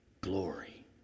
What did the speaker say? glory